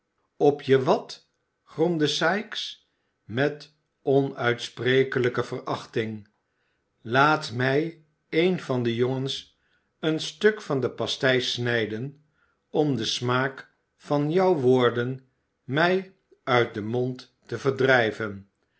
op je wat gromde sikes met onuitsprekelijke verachting laat mij een van de jongens een stuk van de pastij snijden om den smaak van jou woorden mij uit den mond te verdrijven